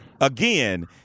again